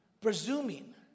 Presuming